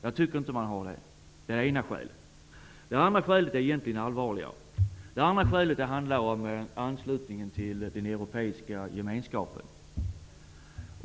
Jag tycker inte att det finns ett sådant. Min andra stora invändning är egentligen allvarligare. Det handlar om anslutningen till den europeiska gemenskapen.